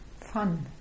Fun